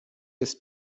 jest